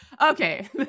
Okay